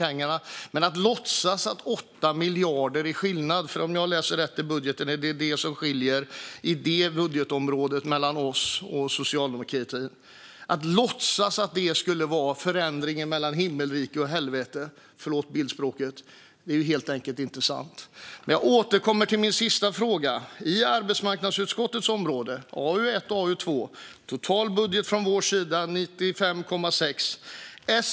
Om jag läser rätt i budgeten är det 8 miljarder som skiljer i detta budgetområde mellan oss och socialdemokratin. Man låtsas som att detta skulle innebära skillnaden mellan himmelrike och helvete - förlåt bildspråket! - men det är helt enkelt inte sant. Jag återkommer till min sista fråga när det gäller arbetsmarknadsutskottets område - AU1 och AU2. Vår totala budget är 95,6 miljarder.